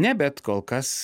ne bet kol kas